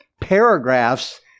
paragraphs